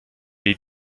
est